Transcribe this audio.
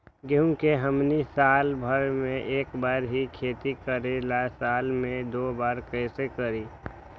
गेंहू के हमनी साल भर मे एक बार ही खेती करीला साल में दो बार कैसे करी?